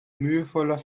mühevoller